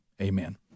amen